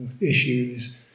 issues